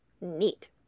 Neat